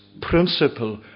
principle